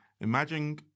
Imagine